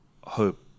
hope